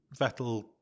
Vettel